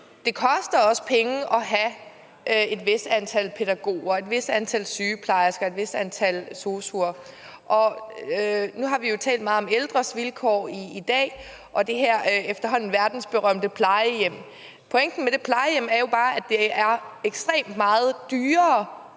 det koster penge at have et vist antal pædagoger, et vist antal sygeplejersker, et vist antal SOSU'er. Nu har vi jo talt meget om ældres vilkår i dag og det her efterhånden verdensberømte plejehjem. Pointen med det plejehjem er jo bare, at det er ekstremt meget dyrere